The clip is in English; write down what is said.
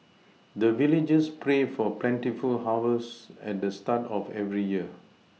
the villagers pray for plentiful harvest at the start of every year